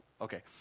Okay